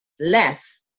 Less